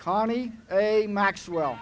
connie maxwell